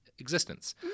existence